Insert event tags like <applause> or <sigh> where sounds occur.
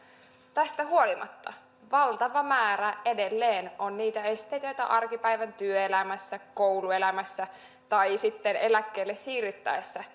tästä huolimatta valtava määrä edelleen on niitä esteitä joita arkipäivän työelämässä kouluelämässä tai sitten eläkkeelle siirryttäessä <unintelligible>